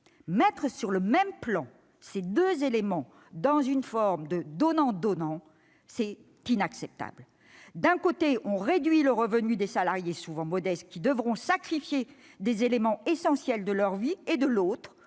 Mettre sur le même plan ces deux éléments dans une forme de donnant-donnant est inacceptable ! D'un côté, on réduit le revenu des salariés, souvent modestes, qui devront sacrifier des éléments essentiels de leur vie ; de l'autre,